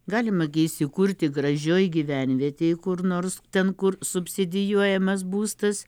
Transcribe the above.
galima gi įsikurti gražioj gyvenvietėj kur nors ten kur subsidijuojamas būstas